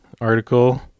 article